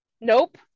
Nope